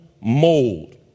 mold